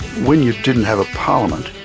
when you didn't have a parliament,